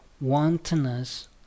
wantonness